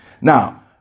Now